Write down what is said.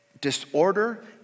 disorder